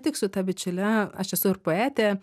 tik su ta bičiule aš esu ir poetė